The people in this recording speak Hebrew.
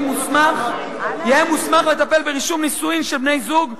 מוסמך יהא מוסמך לטפל ברישום נישואים של בני-זוג,